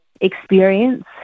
experience